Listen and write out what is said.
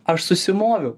aš susimoviau